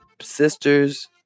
Sisters